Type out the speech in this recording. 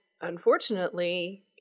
unfortunately